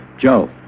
Joe